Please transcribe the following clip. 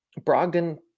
Brogdon